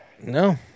No